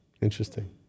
Interesting